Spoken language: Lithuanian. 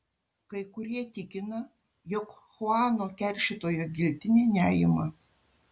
kai kurie tikina jog chuano keršytojo giltinė neima